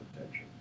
attention